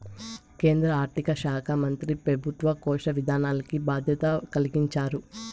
కేంద్ర ఆర్థిక శాకా మంత్రి పెబుత్వ కోశ విధానాల్కి బాధ్యత కలిగించారు